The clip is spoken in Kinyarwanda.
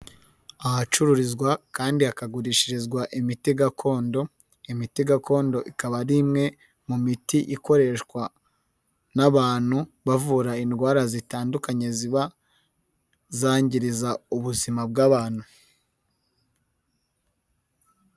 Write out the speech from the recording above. Ahacururizwa kandi hakagurishirizwa imiti gakondo, imiti gakondo ikaba ari imwe mu miti ikoreshwa n'abantu bavura indwara zitandukanye ziba zangiriza ubuzima bw'abantu.